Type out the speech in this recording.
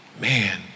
Man